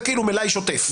זה כאילו מלאי שוטף.